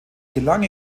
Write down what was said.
gelang